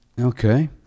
Okay